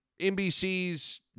NBC's